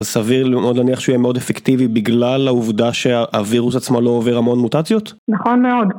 סביר מאוד להניח שהוא יהיה מאוד אפקטיבי בגלל העובדה שהווירוס עצמו לא עובר המון מוטציות? - נכון מאוד.